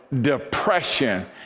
depression